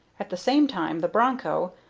at the same time the broncho,